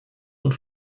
und